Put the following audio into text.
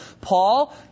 paul